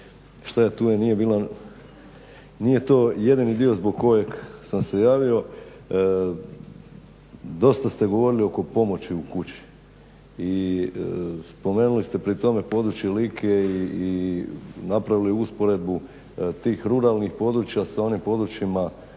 šta je tu je. Nije to jedini dio zbog kojeg sam se javio. Dosta ste govorili oko pomoći u kući i spomenuli ste pri tome područje Like i napravili usporedbu tih ruralnih područja sa onim područjima